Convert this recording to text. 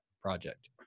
project